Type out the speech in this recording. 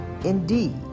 Indeed